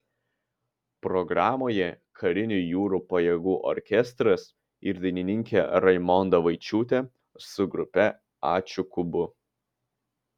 programoje karinių jūrų pajėgų orkestras ir dainininkė raimonda vaičiūtė su grupe ačiū kubu